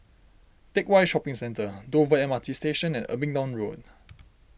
Teck Whye Shopping Centre Dover M R T Station and Abingdon Road